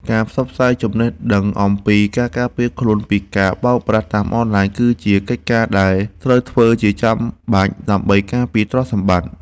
ការផ្សព្វផ្សាយចំណេះដឹងអំពីការការពារខ្លួនពីការបោកប្រាស់តាមអនឡាញគឺជាកិច្ចការដែលត្រូវធ្វើជាប្រចាំដើម្បីការពារទ្រព្យសម្បត្តិ។